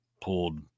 pulled